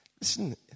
Listen